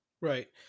right